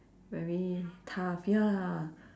very tough ya